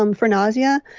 um for nausea?